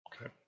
Okay